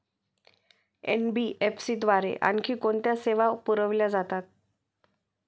NBFC द्वारे आणखी कोणत्या सेवा पुरविल्या जातात?